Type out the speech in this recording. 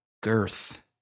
girth